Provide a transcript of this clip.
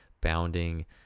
bounding